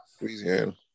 Louisiana